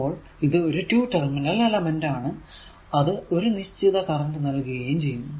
അപ്പോൾ ഇത് ഒരു 2 ടെർമിനൽ എലമെന്റ് ആണ് അത് ഒരു നിശ്ചിത കറന്റ് നൽകുകയും ചെയ്യുന്നു